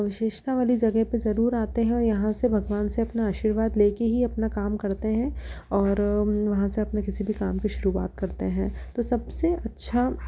विशेषता वाली जगेह पर जरुर आते हैं और यहाँ से भगवान से अपना आशीर्वाद लेकर ही अपना काम करते हैं और वहाँ से अपने किसी भी काम की शुरुआत करते हैं तो सबसे अच्छा